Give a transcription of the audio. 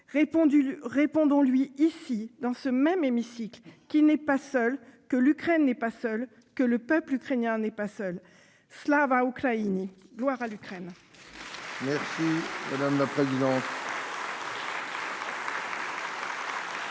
Répondons-lui ici, dans ce même hémicycle, qu'il n'est pas seul, que l'Ukraine n'est pas seule, que le peuple ukrainien n'est pas seul., gloire à l'Ukraine ! La parole est